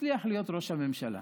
הצליח להיות ראש הממשלה.